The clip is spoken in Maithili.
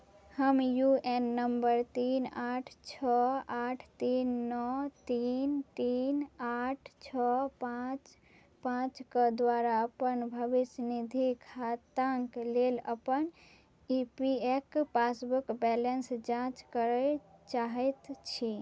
हम यू ए एन नम्बर तीन आठ छओ आठ तीन नओ तीन तीन आठ छओ पाँच पाँचके द्वारा अपन भविष्यनिधि खाताके लेल अपन E P F passbook balance जाँच करै चाहै छी